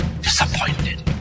disappointed